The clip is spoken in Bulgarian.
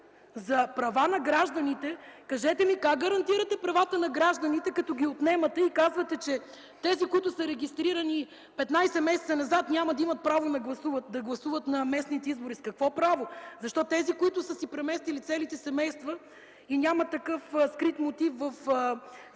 за права на гражданите, кажете ми как гарантирате правата на гражданите, като ги отнемате и казвате, че тези, които са регистрирани 15 месеца назад, няма да имат право да гласуват на местните избори? С какво право?! Защо тези, които са си преместили целите семейства и нямат скрит мотив при заявяване